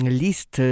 list